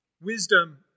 Wisdom